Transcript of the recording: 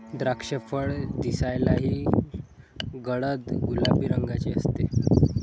द्राक्षफळ दिसायलाही गडद गुलाबी रंगाचे असते